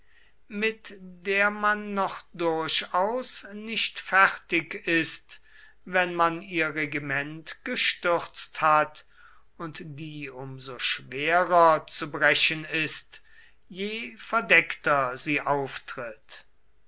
mit der man noch durchaus nicht fertig ist wenn man ihr regiment gestürzt hat und die um so schwerer zu brechen ist je verdeckter sie auftritt